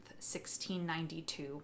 1692